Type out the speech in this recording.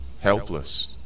helpless